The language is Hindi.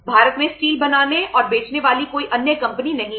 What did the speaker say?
भारत में स्टील बनाने और बेचने वाली कोई अन्य कंपनी नहीं है